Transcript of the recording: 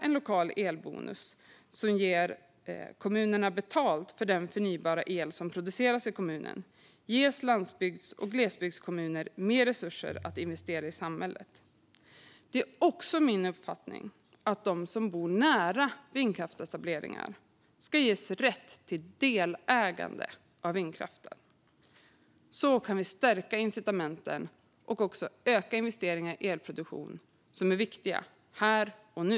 En lokal elbonus som ger kommunerna betalt för den förnybara el som produceras där skulle ge landsbygds och glesbygdskommuner mer resurser att investera i samhället. Det är också min uppfattning att de som bor nära vindkraftsetableringar ska ges rätt till delägande i vindkraften. På det viset kan man stärka incitamenten och också öka investeringarna i elproduktion, som är viktiga här och nu.